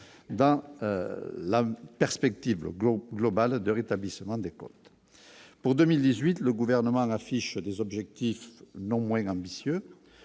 dans la perspective, le groupe globale de rétablissement des comptes pour 2018, le gouvernement l'affiche des objectifs non moins ambitieux